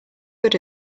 good